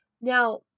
Now